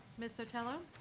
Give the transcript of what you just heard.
ms. sotelo?